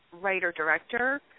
writer-director